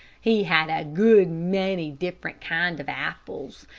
he had a good many different kind of apples.